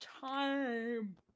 time